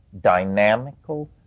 dynamical